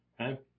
okay